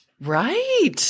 Right